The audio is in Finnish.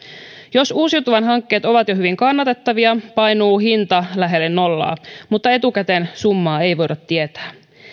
jos uusiutuvan hankkeet ovat jo hyvin kannattavia painuu hinta lähelle nollaa mutta etukäteen summaa ei voida tietää